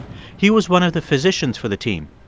he was one of the physicians for the team.